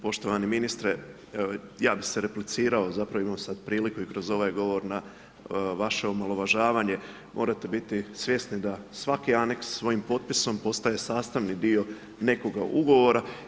Poštovani ministre, ja bi se replicirao, zapravo imam sad priliku i kroz ovaj govor na vaše omaložavanje, morate biti svjesni da svaki aneks svojim potpisom postaje sastavni dio nekoga ugovora.